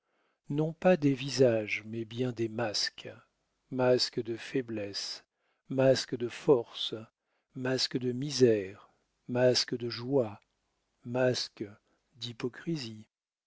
non pas des visages mais bien des masques masques de faiblesse masques de force masques de misère masques de joie masques d'hypocrisie